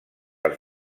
els